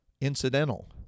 incidental